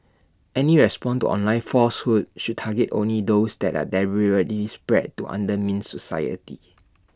any response to online falsehoods should target only those that are deliberately spread to undermine society